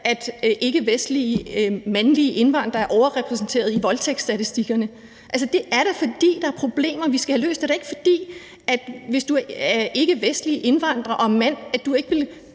at ikkevestlige mandlige indvandrere er overrepræsenteret i voldtægtsstatistikkerne. Altså, det er da, fordi der er problemer, vi skal have løst, og da ikke, fordi du, hvis du er ikkevestlig indvandrer og mand, ikke vil